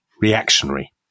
reactionary